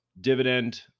dividend